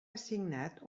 assignat